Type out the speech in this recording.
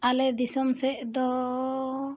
ᱟᱞᱮ ᱫᱤᱥᱚᱢ ᱥᱮᱫ ᱫᱚ